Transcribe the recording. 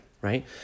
right